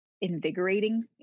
invigorating